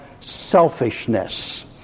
selfishness